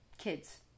kids